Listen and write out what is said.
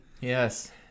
Yes